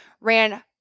ran